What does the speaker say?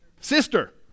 Sister